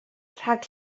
rhag